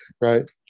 right